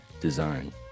design